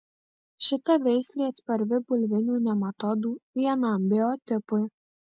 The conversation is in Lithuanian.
šita veislė atspari bulvinių nematodų vienam biotipui